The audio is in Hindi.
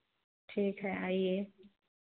ठीक है आइए